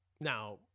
Now